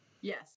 yes